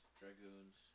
dragoons